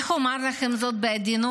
איך אומר לכם זאת בעדינות?